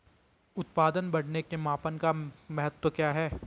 उत्पादन बढ़ाने के मापन का महत्व क्या है?